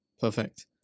Perfect